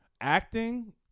acting